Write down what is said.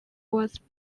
was